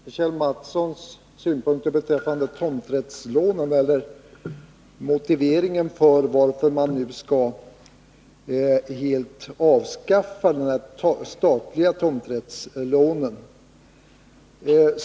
Herr talman! Jag vill återkomma till Kjell Mattssons synpunkter beträffande tomträttslånen, och då närmast till motiveringen för att man nu helt skall avskaffa de statliga tomträttslånen.